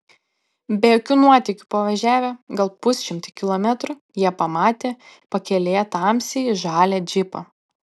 be jokių nuotykių pavažiavę gal pusšimtį kilometrų jie pamatė pakelėje tamsiai žalią džipą